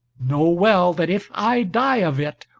know well that if i die of it,